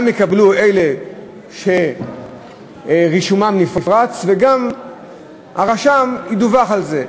גם אלה שרישומם נפרץ וגם הרשם ידווח על זה.